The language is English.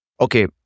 Okay